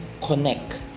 connect